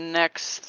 next